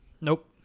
Nope